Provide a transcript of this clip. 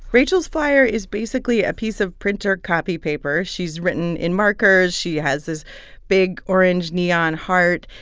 rachel's flyer is basically a piece of printer copy paper. she's written in markers. she has this big orange neon heart,